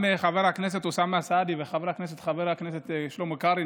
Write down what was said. גם חבר הכנסת אוסאמה סעדי וחבר הכנסת שלמה קרעי,